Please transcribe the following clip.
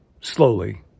Slowly